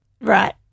Right